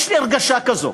יש לי הרגשה כזאת,